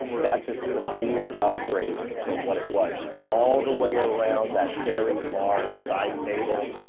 that's a severe upgrade from what it was. it's all the way around that very large side table.